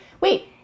wait